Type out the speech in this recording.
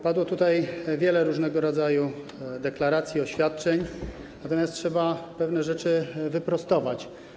Padło tutaj wiele różnego rodzaju deklaracji i oświadczeń, natomiast trzeba pewne rzeczy wyprostować.